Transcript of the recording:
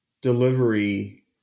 delivery